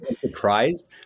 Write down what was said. surprised